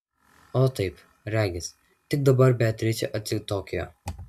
o taip regis tik dabar beatričė atsitokėjo